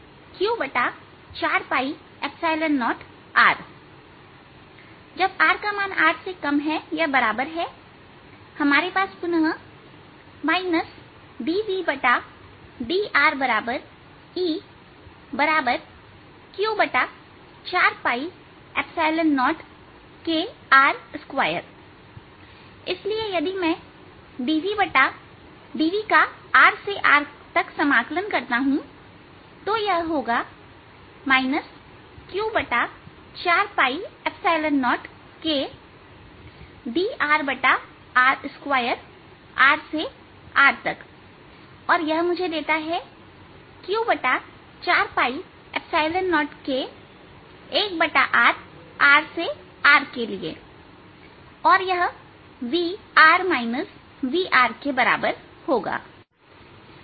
V आता है VQ40rजब rR हमारे पास पुनः है dVdrEQ40kr2 इसलिए यदि मैं dV का r से R तक समाकलन करता हूं तो यह होगा Q40krRdrr2और यह मुझे देता है Q40k 1rr से R के लिए और यह V V के बराबर होगा